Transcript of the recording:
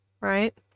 right